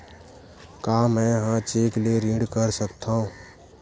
का मैं ह चेक ले ऋण कर सकथव?